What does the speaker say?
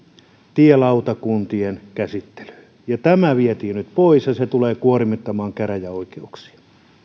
tielautakuntien käsittelyyn tämä vietiin nyt pois ja se tulee kuormittamaan käräjäoikeuksia